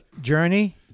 Journey